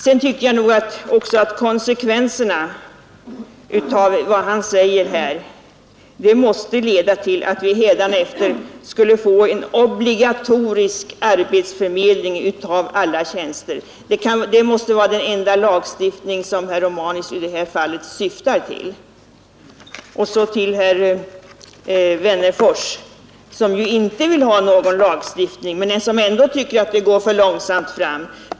Vidare tycker jag att konsekvensen av det han säger måste bli att vi händanefter skulle få en obligatorisk arbetsförmedling av alla tjänster. En sådan lagstiftning måste vara den enda herr Romanus syftar till i detta fall. Herr Wennerfors vill inte ha någon lagstiftning, men han tycker ändå att det går för långsamt fram.